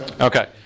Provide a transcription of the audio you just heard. Okay